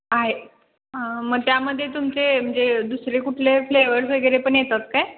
आहे हं मग त्यामध्ये तुमचे म्हणजे दुसरे कुठले फ्लेवर्स वगैरे पण येतात काय